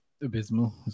Abysmal